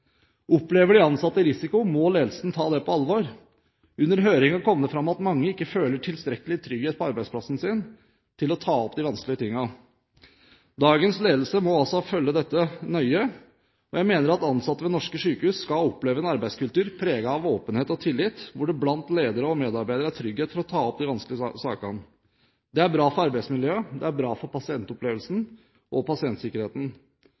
Opplever de ansatte risiko, må ledelsen ta det på alvor. Under høringen kom det fram at mange ikke føler tilstrekkelig trygghet på arbeidsplassen sin til å ta opp de vanskelige tingene. Dagens ledelse må altså følge dette nøye, og jeg mener at ansatte ved norske sykehus skal oppleve en arbeidskultur preget av åpenhet og tillit, hvor det blant ledere og medarbeidere er trygghet for å ta opp de vanskelige sakene. Det er bra for arbeidsmiljøet, det er bra for pasientopplevelsen og pasientsikkerheten.